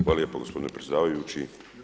Hvala lijepo gospodine predsjedavajući.